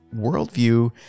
Worldview